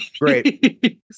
great